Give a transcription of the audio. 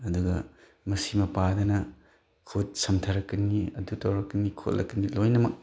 ꯑꯗꯨꯒ ꯃꯁꯤ ꯃꯄꯥꯗꯅ ꯈꯨꯠ ꯁꯝꯊꯔꯛꯀꯅꯤ ꯑꯗꯨ ꯇꯧꯔꯛꯀꯅꯤ ꯈꯣꯠꯂꯛꯀꯅꯤ ꯂꯣꯏꯅꯃꯛ